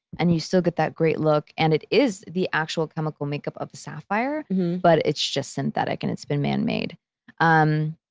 and you still get that great look, and it is the actual chemical makeup of the sapphire but it's just synthetic and it's been man made. um